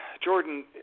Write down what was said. Jordan